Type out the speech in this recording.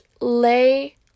lay